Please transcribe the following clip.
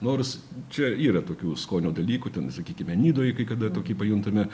nors čia yra tokių skonio dalykų ten sakykime nidoj kai kada tokį pajuntame